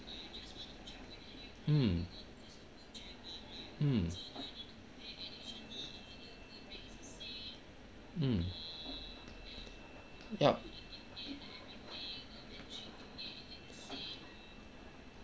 mm mm mm yup